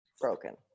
Broken